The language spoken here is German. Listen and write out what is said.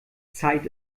zeit